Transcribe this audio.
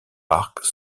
park